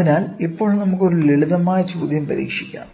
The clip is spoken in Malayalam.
അതിനാൽ ഇപ്പോൾ നമുക്ക് ഒരു ലളിതമായ ചോദ്യം പരീക്ഷിക്കാം